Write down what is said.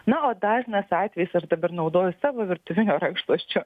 na o dažnas atvejis aš dabar naudoju savo virtuvinio rankšluosčio